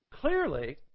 clearly